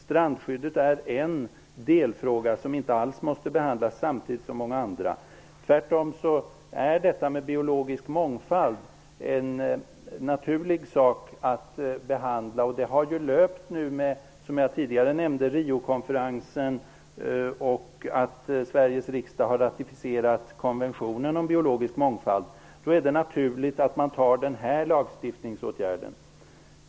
Strandskyddet är en delfråga som inte alls måste behandlas samtidigt som många andra. Det är tvärtom naturligt att behandla kravet på biologisk mångfald för sig. Den har, som jag tidigare nämnde, varit aktuell i samband med Riokonferensen, och Sveriges riksdag har ratificerat konventionen om biologisk mångfald. Det är då naturligt att gå vidare med denna lagstiftningsåtgärd.